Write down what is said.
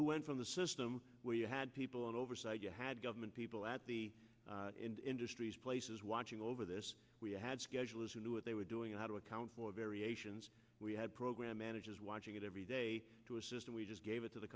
who went from a system where you had people oversight you had government people at the industries places watching over this we had schedules who knew what they were doing how to account for variations we had program managers watching it every day to assist and we just gave it to the